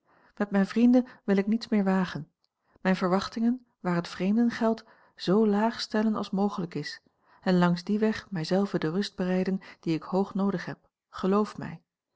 met mijne vrienden wil ik niets meer wagen mijne verwachtingen waar het vreemden geldt zoo laag stellen als mogelijk is en langs dien weg mij zelven de ruste bereiden die ik hoog noodig heb geloof mij